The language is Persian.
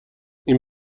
این